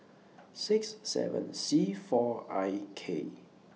six seven C four I K